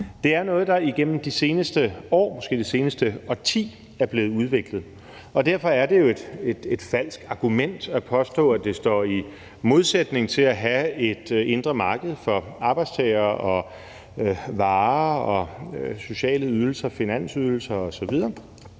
Det er noget, der igennem de seneste år, måske det seneste årti, er blevet udviklet, og derfor er det et falsk argument at påstå, at det står i modsætning til at have et indre marked for arbejdstagere og varer, sociale ydelser, finansydelser osv.,